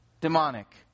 demonic